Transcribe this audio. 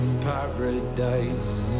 paradise